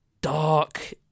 dark